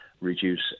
reduce